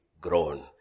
grown